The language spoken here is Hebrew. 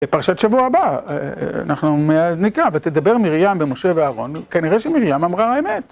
בפרשת שבוע הבא, אנחנו נקרא, ותדבר מרים במשה ואהרון, כנראה שמרים אמרה אמת.